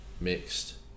mixed